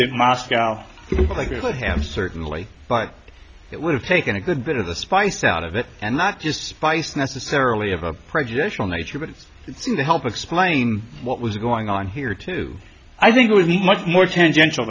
him certainly but it would have taken a good bit of the spice out of it and not just spice necessarily of a prejudicial nature but it seemed to help explain what was going on here too i think it was much more tangential